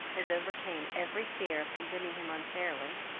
as overcame every fear of condemning him unfairly,